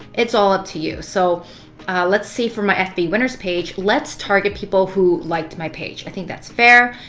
it's all up to you. so let's see, for my fba winners page, let's target people who liked my page. i think that's fair.